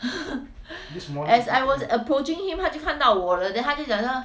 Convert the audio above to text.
as I was approaching him 他就看到我了 then 他就讲说